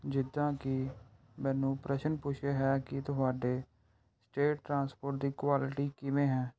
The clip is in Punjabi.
ਜਿੱਦਾਂ ਕਿ ਮੈਨੂੰ ਪ੍ਰਸ਼ਨ ਪੁੱਛਿਆ ਹੈ ਕਿ ਤੁਹਾਡੇ ਸਟੇਟ ਟਰਾਂਸਪੋਰਟ ਦੀ ਕੁਆਲਿਟੀ ਕਿਵੇਂ ਹੈ